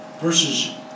versus